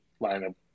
lineup